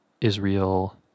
Israel